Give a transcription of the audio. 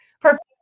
perfect